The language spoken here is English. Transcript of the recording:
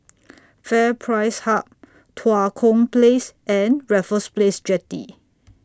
FairPrice Hub Tua Kong Place and Raffles Place Jetty